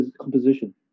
composition